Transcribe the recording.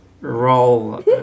roll